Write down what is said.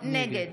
נגד